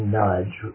Nudge